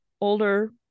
older